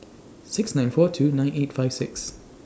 six nine four two nine eight five six